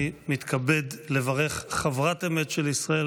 אני מתכבד לברך חברת אמת של ישראל